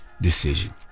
decision